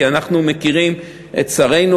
כי אנחנו מכירים את שרינו,